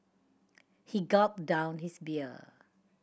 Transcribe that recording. he gulped down his beer